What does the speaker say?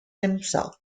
himself